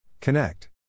Connect